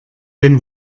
den